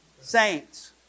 Saints